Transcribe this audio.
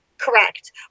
Correct